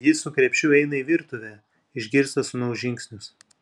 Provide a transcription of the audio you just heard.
ji su krepšiu eina į virtuvę išgirsta sūnaus žingsnius